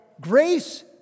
grace